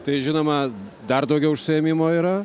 tai žinoma dar daugiau užsiėmimo yra